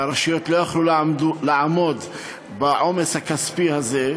והרשויות לא יכלו לעמוד בעומס הכספי הזה.